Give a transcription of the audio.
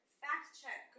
fact-check